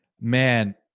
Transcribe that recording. Man